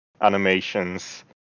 animations